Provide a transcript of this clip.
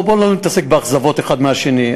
בואו לא נתעסק באכזבות האחד מהשני.